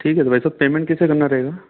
ठीक है तो भाई साहब पेमेंट कैसे करना रहेगा